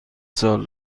سال